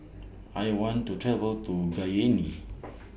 I want to travel to Cayenne